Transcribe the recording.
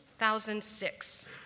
2006